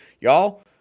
Y'all